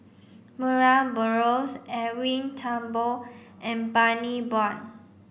Murray Buttrose Edwin Thumboo and Bani Buang